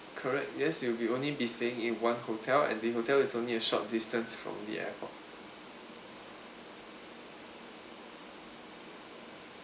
correct yes you'll be only be staying in one hotel and the hotel is only a short distance from the airport